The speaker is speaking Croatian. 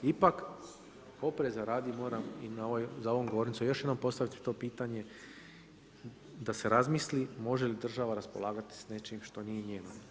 Ipak, opreza radi, moram i za ovom govornicom još jednom postaviti pitanje, da se razmisli, može li država raspolagati s nečim što nije njeno.